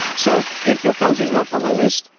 so if your country is not on the list,